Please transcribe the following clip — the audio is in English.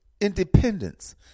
independence